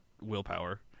willpower